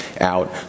out